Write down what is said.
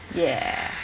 ya